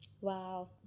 Wow